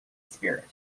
spirit